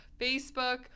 facebook